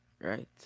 right